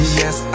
yes